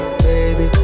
baby